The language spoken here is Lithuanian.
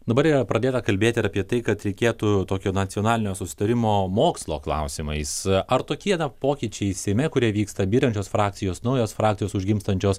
dabar yra pradėta kalbėti ir apie tai kad reikėtų tokio nacionalinio susitarimo mokslo klausimais ar tokie dar pokyčiai seime kurie vyksta byrančios frakcijos naujos frakcijos užgimstančios